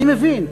אני מבין.